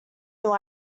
new